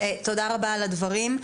תודה רבה על הדברים.